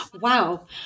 Wow